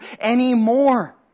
anymore